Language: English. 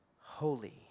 Holy